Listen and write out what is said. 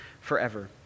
forever